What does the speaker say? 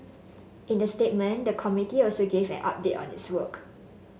in the statement the committee also gave an update on its work